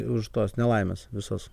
už tos nelaimės visos